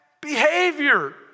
behavior